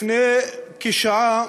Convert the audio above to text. לפני כשעה